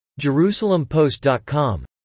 JerusalemPost.com